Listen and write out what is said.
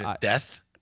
Death